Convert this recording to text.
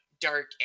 Dark